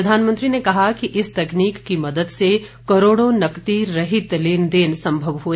प्रधानमंत्री ने कहा कि इस तकनीक की मदद से करोड़ों नकदी रहित लेनदेन सम्भव हुए